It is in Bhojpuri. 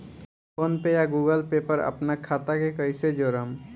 फोनपे या गूगलपे पर अपना खाता के कईसे जोड़म?